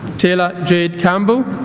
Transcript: tayla jade campbell